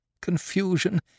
Confusion